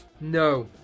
no